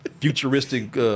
futuristic